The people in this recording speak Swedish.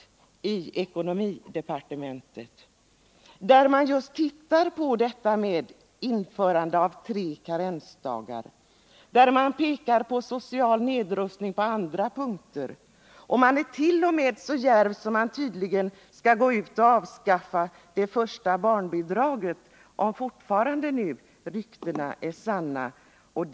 Där undersöker man nämligen ett system med tre karensdagar och annat som skulle innebära social nedrustning. Man är t.o.m. så djärv att man tydligen ämnar föreslå att barnbidrag för det första barnet inte skall utgå — om nu ryktet talar sanning.